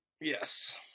yes